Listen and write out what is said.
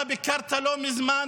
אתה ביקרת שם לא מזמן.